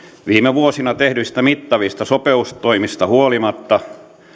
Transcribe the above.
viime vuosina tehdyistä mittavista sopeutustoimista huolimatta